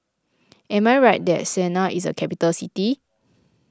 am I right that Sanaa is a capital city